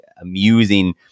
amusing